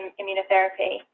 immunotherapy